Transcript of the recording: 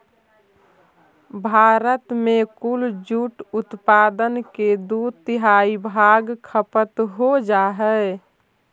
भारत में कुल जूट उत्पादन के दो तिहाई भाग खपत हो जा हइ